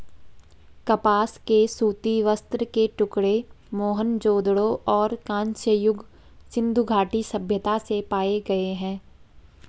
कपास के सूती वस्त्र के टुकड़े मोहनजोदड़ो और कांस्य युग सिंधु घाटी सभ्यता से पाए गए है